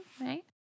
right